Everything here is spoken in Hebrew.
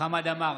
חמד עמאר,